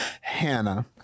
Hannah